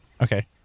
Okay